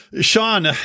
Sean